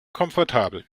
komfortabel